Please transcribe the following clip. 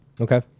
Okay